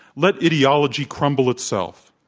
let ideology crumble itself.